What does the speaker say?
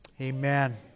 Amen